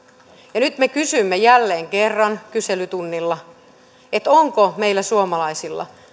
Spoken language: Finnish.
ja nyt me kysymme jälleen kerran kyselytunnilla onko meillä suomalaisilla